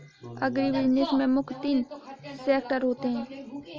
agribusiness में मुख्य तीन सेक्टर होते है